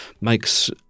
makes